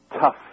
tough